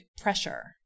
pressure